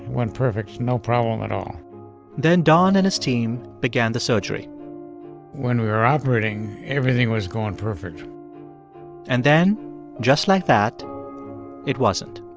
perfect, no problem at all then don and his team began the surgery when we were operating, everything was going perfect and then just like that it wasn't